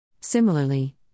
Similarly